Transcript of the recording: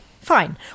Fine